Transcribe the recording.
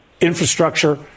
infrastructure